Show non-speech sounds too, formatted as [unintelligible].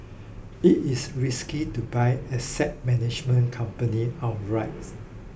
it is risky to buy asset management companies outright [unintelligible]